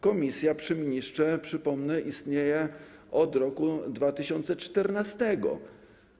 Komisja przy ministrze, przypomnę, istnieje od roku 2014.